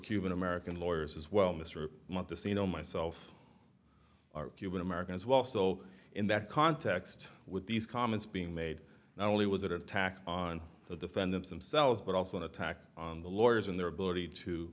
cuban american lawyers as well mr want to see you know myself are cuban americans well so in that context with these comments being made not only was that attack on the defendants themselves but also an attack on the lawyers and their ability to